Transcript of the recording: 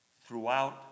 throughout